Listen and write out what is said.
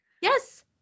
Yes